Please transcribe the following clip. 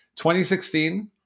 2016